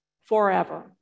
forever